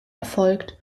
erfolgt